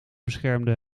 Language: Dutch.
beschermde